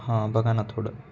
हां बघा ना थोडं